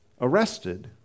arrested